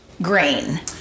grain